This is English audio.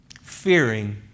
fearing